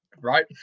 Right